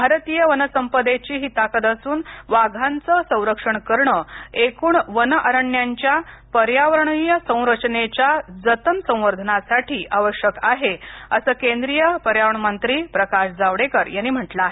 भारतीय वनसंपदेची ही ताकद असून वाघांचं संरक्षण करणं एकूण वनअरण्यांच्या पर्यावरणीयसंरचनेच्या जतन संवर्धनासाठी आवश्यक आहे असं केंद्रीय पर्यावरण मंत्री प्रकाशजावडेकर यांनी म्हटलं आहे